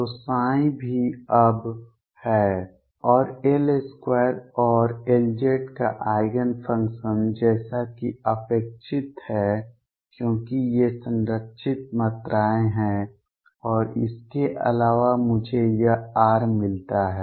तो भी अब है और L2 और Lz का आइगेन फंक्शन जैसा कि अपेक्षित है क्योंकि ये संरक्षित मात्राएँ हैं और इसके अलावा मुझे यह r मिलता है